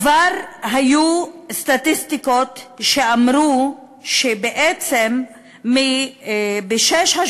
כבר היו סטטיסטיקות שאמרו שבעצם בששת